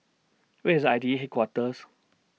Where IS I T E Headquarters